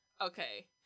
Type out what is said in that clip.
Okay